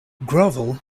grovel